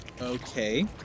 Okay